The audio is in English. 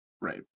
Right